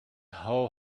how